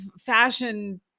fashion